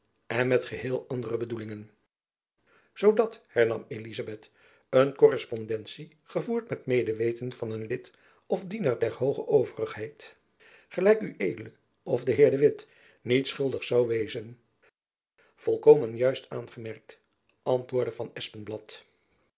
en met geheel andere bedoelingen zoo dat hernam elizabeth een korrespondentie gevoerd met medeweten van een lid of dienaar der hooge overigheid gelijk ued of den heer de witt niet schuldig zoû wezen volkomen juist aangemerkt antwoordde van